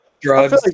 Drugs